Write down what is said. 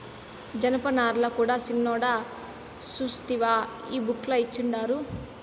జనపనారల కూడా సిన్నోడా సూస్తివా ఈ బుక్ ల ఇచ్చిండారు